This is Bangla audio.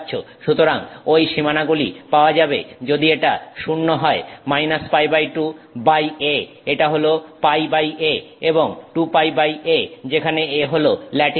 সুতরাং ঐ সীমানাগুলি পাওয়া যাবে যদি এটা 0 হয় π2 বাই a এটা হল πa এবং 2πa যেখানে a হল ল্যাটিস ধ্রুবক